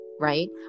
right